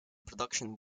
production